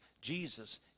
Jesus